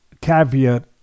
caveat